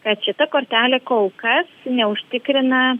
kad šita kortelė kol kas neužtikrina